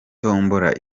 tombola